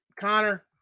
Connor